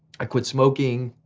i quit smoking,